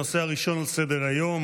הנושא הראשון על סדר-היום,